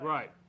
Right